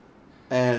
and